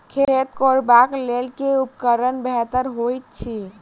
खेत कोरबाक लेल केँ उपकरण बेहतर होइत अछि?